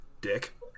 Dick